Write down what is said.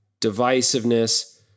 divisiveness